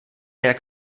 jak